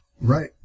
Right